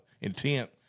intent